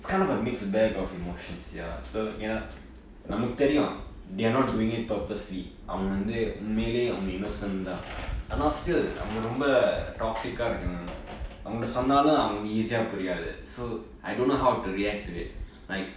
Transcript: kind of a mixed bag of emotions ya so எனா நமக்கு தெரியும்:enaa namakku theriyum they are not doing purposely அவங்க வந்து உன்மையில அவங்க:avanga vanthu unmaiyila avanga innocent :thaan aanaa still அவங்க வந்து ரொம்ப:avanga vanthu romba toxic இருக்காங்க அவங்கள்ட்ட சொன்னாலும்:irukaanga avangalta sonnaalum easy புரியாது:puriyaathu so I don't know how to react to it like